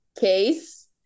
case